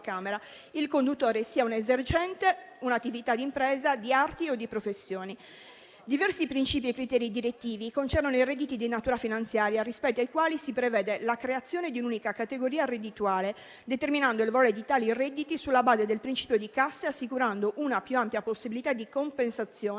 Camera - il conduttore sia un esercente, un'attività d'impresa di arti o di professioni. Diversi principi e criteri direttivi concernono i redditi di natura finanziaria, rispetto ai quali si prevede la creazione di un'unica categoria reddituale, determinando il valore di tali redditi sulla base del principio di cassa, assicurando una più ampia possibilità di compensazione